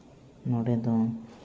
ᱱᱚᱸᱰᱮ ᱫᱚ